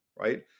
right